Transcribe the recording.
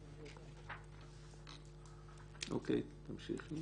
אוקיי, תמשיכי.